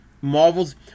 Marvel's